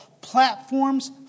Platforms